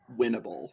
winnable